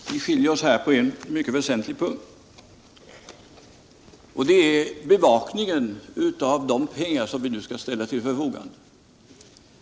Herr talman! Vi skiljer oss här i uppfattningar på en mycket väsentlig punkt: det gäller bevakningen av de pengar som vi nu skall ställa till förfogande.